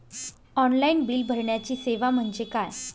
Online bill भरण्याची सेवा म्हणजे काय?